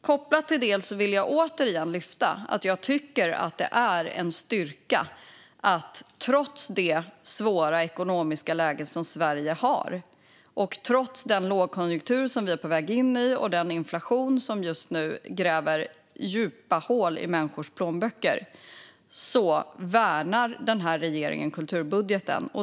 Kopplat till det vill jag återigen lyfta upp att det är en styrka att regeringen, trots det svåra ekonomiska läge som Sverige har, den lågkonjunktur som vi är på väg in i och den inflation som just nu gräver djupa hål i människors plånböcker, värnar kulturbudgeten.